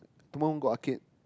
tomorrow want go arcade